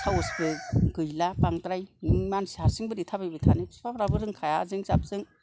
साहसबो गैला बांद्राय मानसि हारसिं बोरै थाबायबाय थानो फिफाफ्राबो रोंखायाजों जाबजों